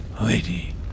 lady